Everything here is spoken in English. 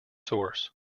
source